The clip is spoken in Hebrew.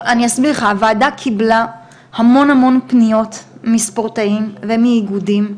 הוועדה קיבלה המון המון פניות מספורטאים ומאיגודים,